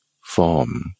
form